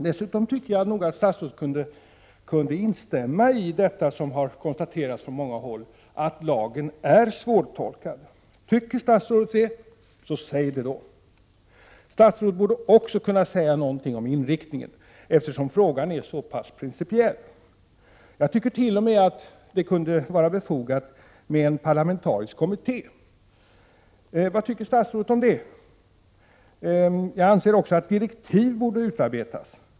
Dessutom tycker jag nog att statsrådet kunde instämma i det som har konstaterats på många håll, nämligen att lagen är svårtolkad. Tycker statsrådet det, så säg det då! Statsrådet borde också kunna säga någonting om inriktningen av arbetet, eftersom frågan är av så pass principiell natur. Jag tycker t.o.m. att det kunde vara befogat att tillsätta en parlamentarisk kommitté. Vad tycker statsrådet om det? Jag anser också att direktiv borde utarbetas.